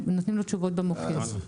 נותנים לו תשובות במוקד.